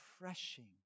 Refreshing